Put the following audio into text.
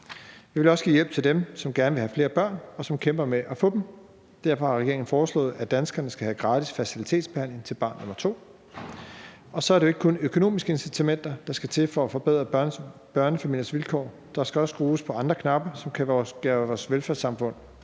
Det vil også give hjælp til dem, som gerne vil have flere børn, og som kæmper med at få dem. Derfor har regeringen foreslået, at danskerne skal have gratis fertilitetsbehandling til barn nr. 2. Så er det jo ikke kun økonomiske incitamenter, der skal til for at forbedre børnefamiliernes vilkår; der skal også skrues på andre knapper, som kan gøre vores velfærdssamfund